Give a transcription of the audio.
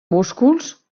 músculs